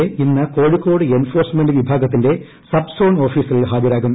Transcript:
A ഇന്ന് Kozhikode enforcement വിഭാഗത്തിന്റെ subzone ഓഫീസിൽ ഹാജരാകും